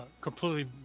completely